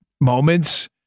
moments